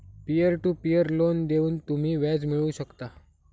peer to peer loan देऊन तुम्ही व्याज मिळवू शकता